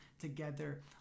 together